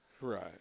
Right